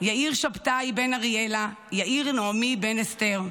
יאיר שבתאי בן אריאלה, יאיר בן נעמי אסתר,